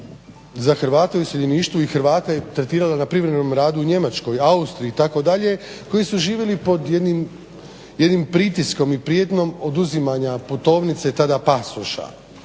za Hrvate u iseljeništvu i Hrvate tretirala na privremenom radu u Njemačkoj, Austriji itd., koji su živjeli pod jednim pritiskom i prijetnjom oduzimanja putovnice, tada pasoša.